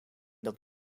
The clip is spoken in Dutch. dat